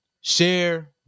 share